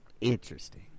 Interesting